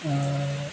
ᱟᱨ